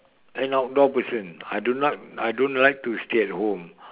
an outdoor person I do not I don't like to stay at home